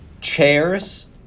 Chairs